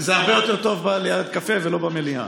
זה הרבה יותר טוב ליד קפה ולא במליאה,